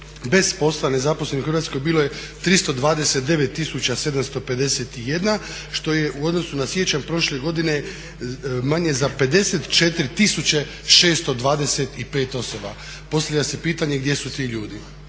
bez posla, nezaposlenih u Hrvatskoj bilo je 329 751 što je u odnosu na siječanj prošle godine manje za 54 625 osoba. Postavlja se pitanje gdje su ti ljudi.